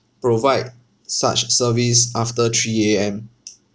provide such service after three A_M